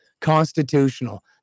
constitutional